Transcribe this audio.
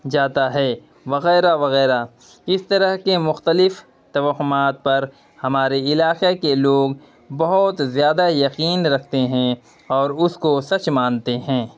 جاتا ہے وغیرہ وغیرہ اس طرح کے مختلف توہمات پر ہمارے علاقے کے لوگ بہت زیادہ یقین رکھتے ہیں اور اس کو سچ مانتے ہیں